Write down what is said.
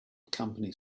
company